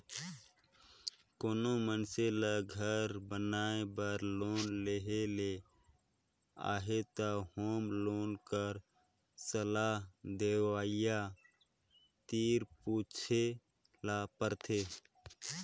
कोनो मइनसे ल घर बनाए बर लोन लेहे ले अहे त होम लोन कर सलाह देवइया तीर पूछे ल परथे